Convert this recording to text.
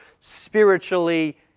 spiritually